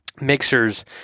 mixers